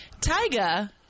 Tyga